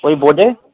ওই বোর্ডে